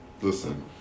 Listen